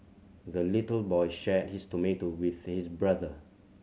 the little boy shared his tomato with his brother